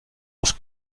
auf